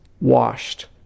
washed